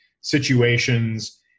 situations